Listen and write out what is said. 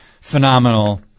Phenomenal